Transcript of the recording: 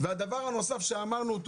והדבר הנוסף שאמרנו,